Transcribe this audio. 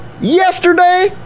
yesterday